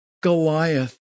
Goliath